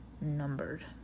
numbered